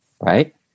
right